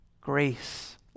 Grace